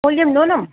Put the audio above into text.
मुल्यं न्यूनं